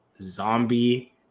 zombie